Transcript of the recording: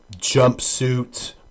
jumpsuit